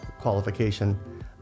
qualification